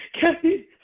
Kathy